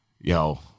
Yo